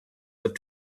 but